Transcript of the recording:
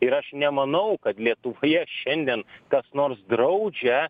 ir aš nemanau kad lietuvoje šiandien kas nors draudžia